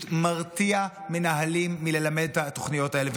מרתיע מנהלים מללמד את התוכניות האלה.